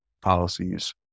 policies